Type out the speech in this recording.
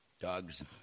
dogs